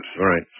Right